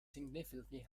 significantly